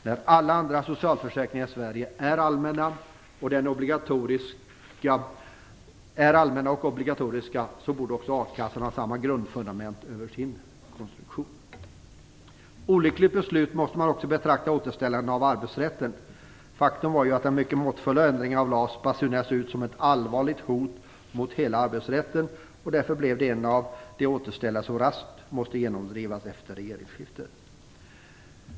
När alla andra socialförsäkringar i Sverige är allmänna och obligatoriska borde också a-kassan ha samma grundfundament i sin konstruktion. Också återställandet av arbetsrätten måste betraktas som ett olyckligt beslut. Faktum var ju att en mycket måttfull ändring av LAS basunerades ut som ett allvarligt hot mot hela arbetsrätten, och därför blev detta en av de återställare som raskt måste genomdrivas efter regeringsskiftet.